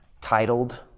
titled